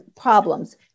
problems